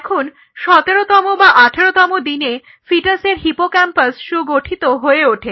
এখন 17 তম বা 18 তম দিনে ফিটাসের হিপোক্যাম্পাস সুগঠিত হয়ে ওঠে